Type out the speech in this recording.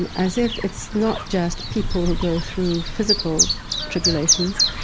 and as if it's not just people who go through physical tribulations,